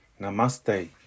Namaste